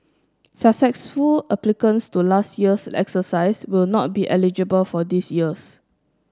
successful applicants to last year's exercise will not be eligible for this year's